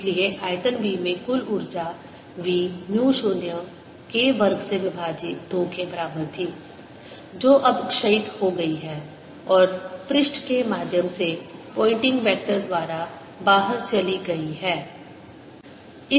इसलिए आयतन v में कुल ऊर्जा v म्यू 0 K वर्ग से विभाजित 2 के बराबर थी जो अब क्षयित हो गयी है और पृष्ठ के माध्यम से पोयनटिंग वेक्टर द्वारा बाहर चली गयी है